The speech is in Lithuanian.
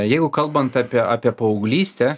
jeigu kalbant apie apie paauglystę